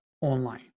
online